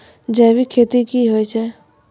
जैविक खेती की होय छै?